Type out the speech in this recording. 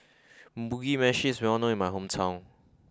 Mugi Meshi is well known in my hometown